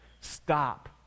Stop